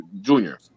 junior